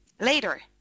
later